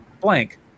blank